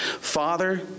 Father